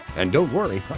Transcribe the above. and don't worry,